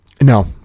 No